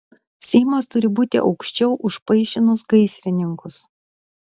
seimas turi būti aukščiau už paišinus gaisrininkus